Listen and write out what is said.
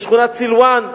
בשכונת סילואן,